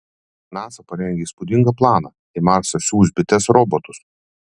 nasa parengė įspūdingą planą į marsą siųs bites robotus